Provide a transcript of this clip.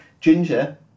Ginger